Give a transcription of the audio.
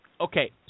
okay